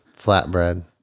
flatbread